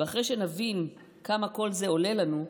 ואחרי שנבין כמה כל זה עולה לנו,